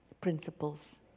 principles